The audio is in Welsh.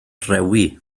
rhewi